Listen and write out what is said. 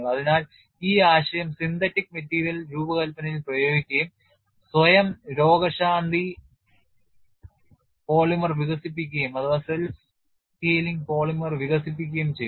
അതിനാൽ ഈ ആശയം സിന്തറ്റിക് മെറ്റീരിയൽ രൂപകൽപ്പനയിൽ പ്രയോഗിക്കുകയും സ്വയം രോഗശാന്തി പോളിമർ വികസിപ്പിക്കുകയും ചെയ്തു